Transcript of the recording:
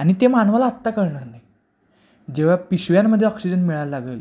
आणि ते मानवाला आत्ता करणार नाही जेव्हा पिशव्यांमध्ये ऑक्सिजन मिळायलं लागंल